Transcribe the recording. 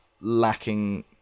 lacking